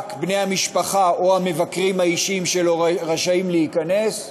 רק בני המשפחה או המבקרים האישיים שלו רשאים להיכנס,